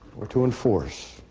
or to enforce?